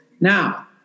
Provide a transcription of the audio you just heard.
Now